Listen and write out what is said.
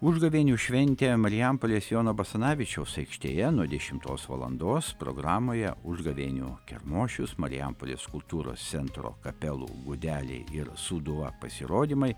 užgavėnių šventė marijampolės jono basanavičiaus aikštėje nuo dešimtos valandos programoje užgavėnių kermošius marijampolės kultūros centro kapelų gudeliai ir sūduva pasirodymai